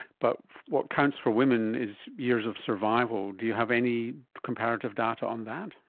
but what counts for women is years of survival. do you have any comparative data on that?